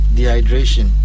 Dehydration